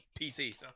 PC